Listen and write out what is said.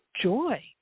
joy